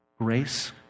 grace